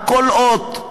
על כל אות,